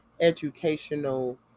educational